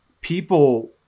People